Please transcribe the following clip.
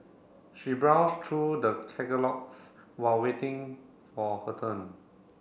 she browsed through the catalogues while waiting for her turn